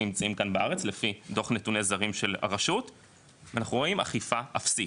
לפי דוח נתוני זרים של הרשות ואנחנו רואים אכיפה אפסית.